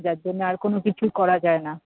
যার জন্যে আর কোনো কিছুই করা যায় না